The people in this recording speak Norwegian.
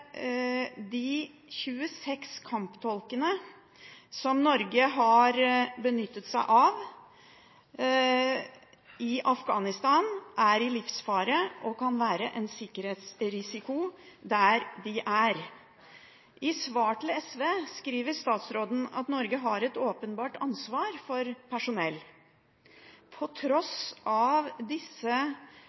de 26 kamptolkene som Norge har benyttet seg av i Afghanistan, er i livsfare og kan være en sikkerhetsrisiko der de er. I svar til SV skriver statsråden at Norge har et åpenbart ansvar for personell. På tross av disse